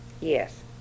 Yes